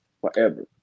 forever